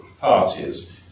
parties